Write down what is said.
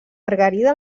margarida